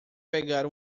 pegar